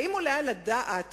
האם עולה על הדעת